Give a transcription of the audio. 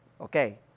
okay